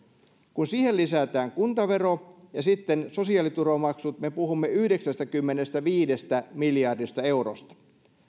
kun siihen lisätään kuntavero ja sitten sosiaaliturvamaksut me puhumme yhdeksästäkymmenestäviidestä miljardista eurosta